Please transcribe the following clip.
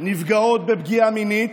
נפגעות פגיעה מינית,